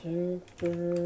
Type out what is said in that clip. Super